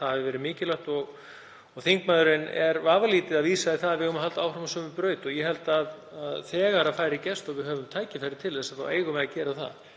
hafi verið mikilvægt. Þingmaðurinn er vafalítið að vísa í að við eigum að halda áfram á sömu braut. Ég held að þegar færi gefst og við höfum tækifæri til þess þá eigum við að gera það.